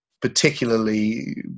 particularly